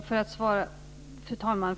Fru talman!